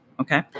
okay